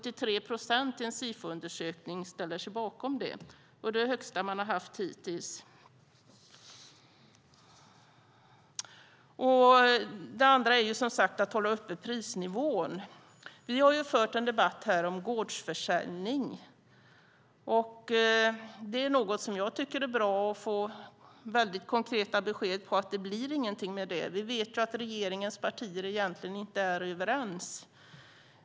I en Sifoundersökning ställer sig 73 procent bakom det. Det är det starkaste stöd man har haft hittills. Det andra är som sagt att hålla prisnivån uppe. Vi har fört en debatt här om gårdsförsäljning. Det är något som jag tycker att det är bra att få väldigt konkreta besked om att det inte blir någonting av med. Vi vet ju att regeringens partier egentligen inte är överens.